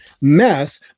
mess